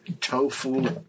tofu